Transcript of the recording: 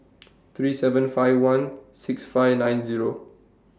three seven five one six five nine Zero